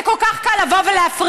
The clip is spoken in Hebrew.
זה כל כך קל לבוא ולהפריע,